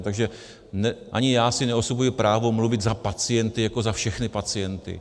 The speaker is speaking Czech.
Takže ani já si neosvojuji právo mluvit za pacienty jako za všechny pacienty.